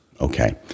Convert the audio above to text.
okay